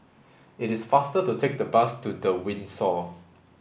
it is faster to take the bus to The Windsor